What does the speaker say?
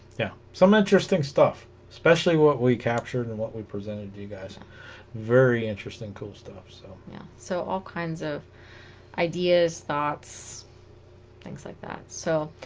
yeah some interesting stuff especially what we captured and what we presented to you guys ah very interesting cool stuff so yeah so all kinds of ideas thoughts things like that so